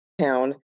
town